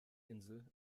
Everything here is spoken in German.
insel